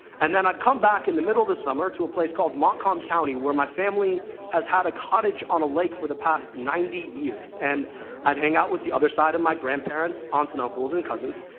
and then i'd come back, in the middle of the summer, to a place called montcalm county, where my family has had a cottage on a lake for the past ninety years. and i'd hang out with the other side, and my grandparents, aunts and uncles, and cousins.